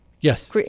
Yes